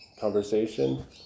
conversation